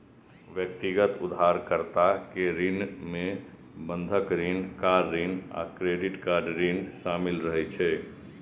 व्यक्तिगत उधारकर्ता के ऋण मे बंधक ऋण, कार ऋण आ क्रेडिट कार्ड ऋण शामिल रहै छै